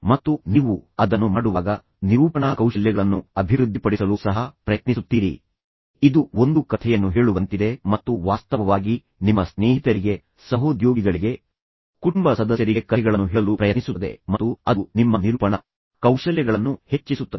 ಮತ್ತು ನೀವು ಅದನ್ನು ಮಾಡುವಾಗ ನಿರೂಪಣಾ ಕೌಶಲ್ಯಗಳನ್ನು ಅಭಿವೃದ್ಧಿಪಡಿಸಲು ಸಹ ಪ್ರಯತ್ನಿಸುತ್ತೀರಿ ನಿರೂಪಣಾ ಕೌಶಲ್ಯಗಳನ್ನು ಹೇಗೆ ಅಭಿವೃದ್ಧಿಪಡಿಸುತ್ತೀರಿ ಇದು ಒಂದು ಕಥೆಯನ್ನು ಹೇಳುವಂತಿದೆ ಮತ್ತು ವಾಸ್ತವವಾಗಿ ನಿಮ್ಮ ಸ್ನೇಹಿತರಿಗೆ ಸಹೋದ್ಯೋಗಿಗಳಿಗೆ ಕುಟುಂಬ ಸದಸ್ಯರಿಗೆ ಕಥೆಗಳನ್ನು ಹೇಳಲು ಪ್ರಯತ್ನಿಸುತ್ತದೆ ಮತ್ತು ಅದು ನಿಮ್ಮ ನಿರೂಪಣಾ ಕೌಶಲ್ಯಗಳನ್ನು ಹೆಚ್ಚಿಸುತ್ತದೆ